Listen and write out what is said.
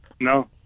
No